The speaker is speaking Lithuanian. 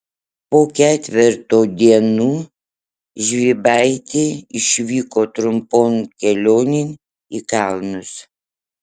po ketverto dienų žvybaitė išvyko trumpon kelionėn į kalnus